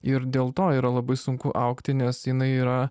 ir dėl to yra labai sunku augti nes jinai yra